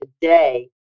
today